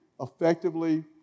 effectively